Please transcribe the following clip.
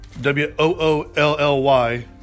W-O-O-L-L-Y